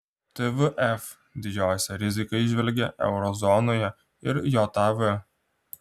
tvf didžiausią riziką įžvelgia euro zonoje ir jav